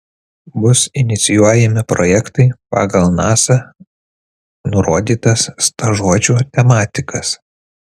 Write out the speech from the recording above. bus inicijuojami projektai pagal nasa nurodytas stažuočių tematikas